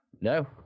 No